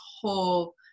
whole